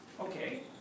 Okay